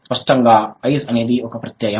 స్పష్టంగా ఐజ్ అనేది ఒక ప్రత్యయం